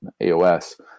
AOS